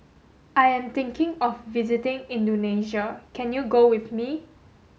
I am thinking of visiting Indonesia can you go with me